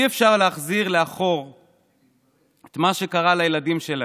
אי-אפשר להחזיר לאחור את מה שקרה לילדים שלהם,